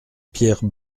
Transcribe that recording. pierre